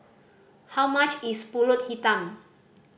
how much is Pulut Hitam